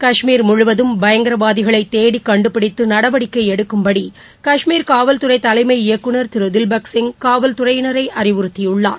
கஸ்மீர் பயங்கரவாதிகளைதேடிகண்டுபிடித்துநடவடிக்கைஎடுக்கும்படி கஸ்மீர் முழுவதும் காவல்துறைதலைமை இயக்குநர் திருதில்பக் சிங் காவல்துறையினரைஅறிவுறுத்தியுள்ளார்